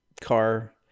car